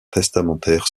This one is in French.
testamentaire